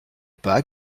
pas